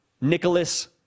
Nicholas